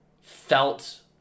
felt